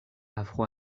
afro